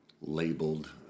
labeled